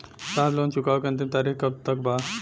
साहब लोन चुकावे क अंतिम तारीख कब तक बा?